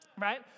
right